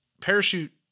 parachute